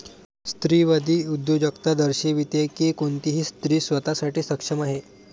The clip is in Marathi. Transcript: स्त्रीवादी उद्योजकता दर्शविते की कोणतीही स्त्री स्वतः साठी सक्षम आहे